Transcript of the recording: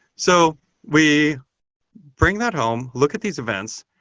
so we bring that home, look at these events,